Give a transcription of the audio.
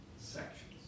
Sections